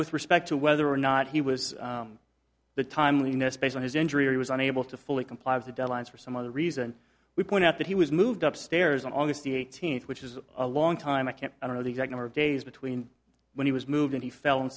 with respect to whether or not he was the timeliness based on his injury was unable to fully comply with the deadlines for some of the reason we point out that he was moved up stairs on august eighteenth which is a long time i can't i don't know the exact number of days between when he was moved and he fell in